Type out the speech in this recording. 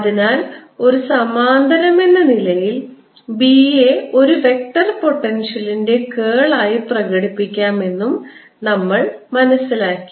അതിനാൽ ഒരു സമാന്തരമെന്ന നിലയിൽ B യെ ഒരു വെക്റ്റർ പൊട്ടൻഷ്യലിൻറെ കേൾ ആയി പ്രകടിപ്പിക്കാമെന്നും നമ്മൾ മനസ്സിലാക്കി